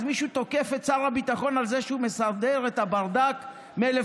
אז מישהו תוקף את שר הביטחון על זה שהוא מסדר את הברדק מ-1961?